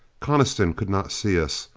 coniston could not see us,